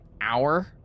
hour